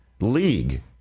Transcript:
league